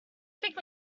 pick